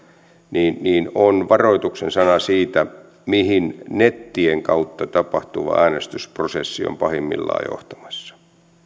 varoituksen sana siitä mihin nettien kautta tapahtuva äänestysprosessi on pahimmillaan johtamassa